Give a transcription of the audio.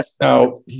Now